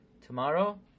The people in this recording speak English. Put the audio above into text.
tomorrow